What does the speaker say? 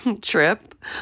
trip